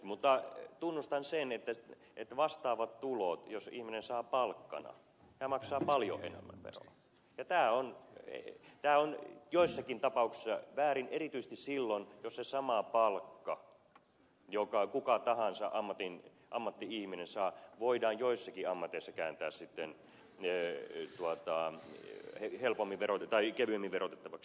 mutta tunnustan sen että jos ihminen saa palkkana vastaavat tulot hän maksaa paljon enemmän veroa ja tämä on joissakin tapauksissa väärin erityisesti silloin jos se sama palkka jonka kuka tahansa ammatti ihminen saa voidaan joissakin ammateissa kääntää sitten ne lataan heti helpommin vero tai kevyemmin verotettavaksi